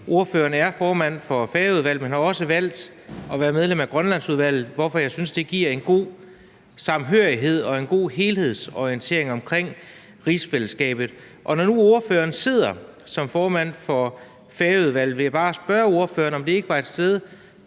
ordføreren er formand for Færøudvalget, men har også valgt at være medlem af Grønlandsudvalget, og det synes jeg giver en god samhørighed og en god helhedsorientering omkring rigsfællesskabet. Når nu ordføreren sidder som formand for Færøudvalget, vil jeg bare spørge ordføreren, om det ikke var et sted